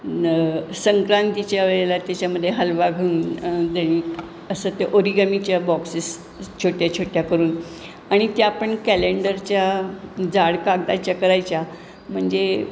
संक्रांतीच्या वेळेला त्याच्यामध्ये हलवा देणे असं त्या ओरिगमीच्या बॉक्सेस छोट्या छोट्या करून आणि त्या पण कॅलेंडरच्या जाड कागदाच्या करायच्या म्हणजे